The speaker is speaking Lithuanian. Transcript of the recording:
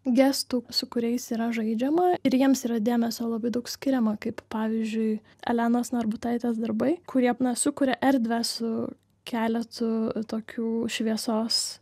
gestų su kuriais yra žaidžiama ir jiems yra dėmesio labai daug skiriama kaip pavyzdžiui elenos narbutaitės darbai kurie sukuria erdvę su keletu tokių šviesos